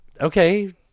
okay